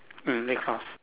mm red cross